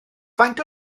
faint